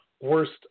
worst